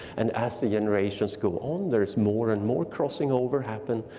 and as the generations go on, there is more and more crossing over happen,